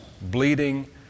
bleeding